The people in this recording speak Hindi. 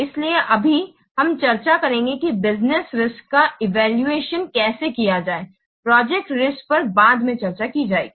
इसलिए अभी हम चर्चा करेंगे कि बिज़नेस रिस्क्स का इवैल्यूएशन कैसे किया जाए प्रोजेक्ट रिस्क्स पर बाद में चर्चा की जाएगी